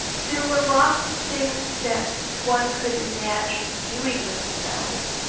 there were lots of things that one could imagine doing with the cells,